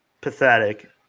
pathetic